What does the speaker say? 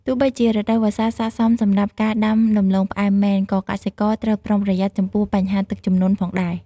ទោះបីជារដូវវស្សាស័ក្តិសមសម្រាប់ការដាំដំឡូងផ្អែមមែន ក៏កសិករត្រូវប្រុងប្រយ័ត្នចំពោះបញ្ហាទឹកជំនន់ផងដែរ។